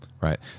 Right